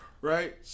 Right